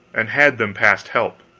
and had them past help.